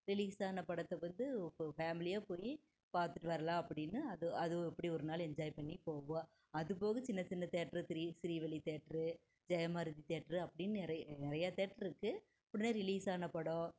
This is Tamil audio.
ரிலீஸ் ஆன படத்தை வந்து இப்போ ஃபேமிலியாக போய் பார்த்துட்டு வரலாம் அப்படின்னு அது அது அப்படி ஒரு நாள் என்ஜாய் பண்ணி போவோம் அது போக சின்ன சின்ன theatre three Srivalli theatre Jayamarathi theatre அப்படினு நிறை நிறையா தேட்ரு இருக்கு ரிலீஸ் ஆன படம்